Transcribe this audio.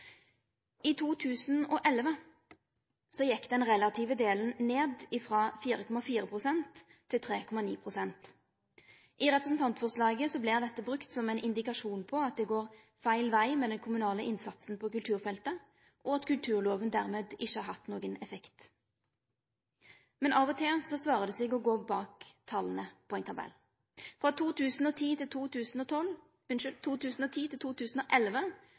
I 2011 gjekk den relative delen ned frå 4,4 pst. til 3,9 pst. I representantforslaget vert dette brukt som ein indikasjon på at det går feil veg med den kommunale innsatsen på kulturfeltet, og at kulturloven dermed ikkje har hatt nokon effekt. Men av og til svarer det seg å gå bak tala på ein tabell. Frå 2010 til 2011 vart dei øyremerkte tilskota til